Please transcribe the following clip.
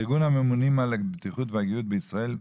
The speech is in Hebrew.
ארגון הממונים על הבטיחות והגיהות בישראל,